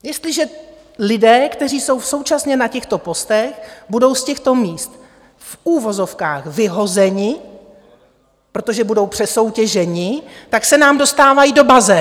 Jestliže lidé, kteří jsou současně na těchto postech, budou z těchto míst v uvozovkách vyhozeni, protože budou přesoutěženi, tak se nám dostávají do bazénu.